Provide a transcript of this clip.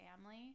family